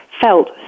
felt